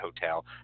hotel